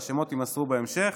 והשמות יימסרו בהמשך.